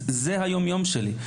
זה היום יום שלי.